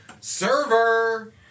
Server